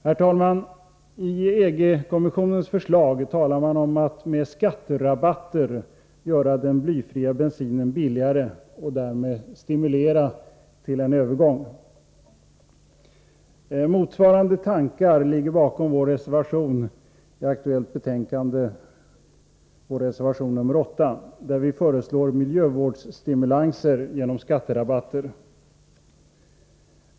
Herr talman! I EG-kommissionens förslag talar man om att med skatterabatter göra den blyfria bensinen billigare och därmed stimulera till en övergång. Motsvarande tankar ligger bakom vår reservation 8 i det aktuella betänkandet, där vi föreslår miljövårdsstimulanser genom skatterabatter.